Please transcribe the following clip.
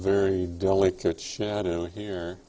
very delicate shadow here